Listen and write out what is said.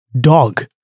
Dog